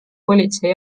politsei